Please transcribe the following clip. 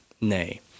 nay